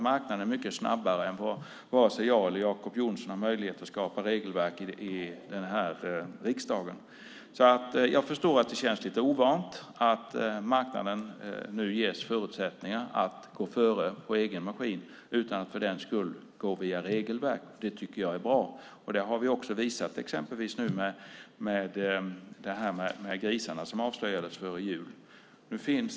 Marknaden är mycket snabbare än vad vare sig jag eller Jacob Johnson har möjlighet att skapa regelverk om i den här riksdagen. Jag förstår att det känns lite ovant att marknaden nu ges förutsättningar att gå före för egen maskin utan att för den skull gå via regelverk. Det tycker jag är bra. Det har vi också nu visat exempelvis med detta med grisarna som avslöjades strax före jul.